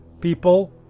people